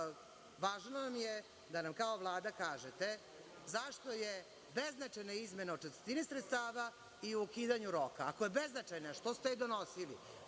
važno je da nam kao Vlada kažete zašto je beznačajna izmena o četvrtini sredstava i ukidanju roka? Ako je beznačajno, zašto ste je donosili?